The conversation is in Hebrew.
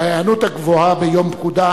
ההיענות הגבוהה ביום פקודה,